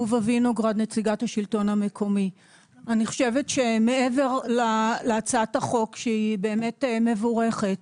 אני חושבת שמעבר להצעת החוק שהיא באמת מבורכת,